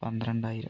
പന്ത്രണ്ടായിരം